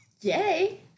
Yay